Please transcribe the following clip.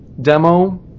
demo